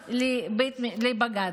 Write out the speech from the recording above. תביעה לבג"ץ.